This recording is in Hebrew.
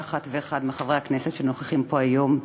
אחת ואחד מחברי הכנסת שנוכחים פה היום,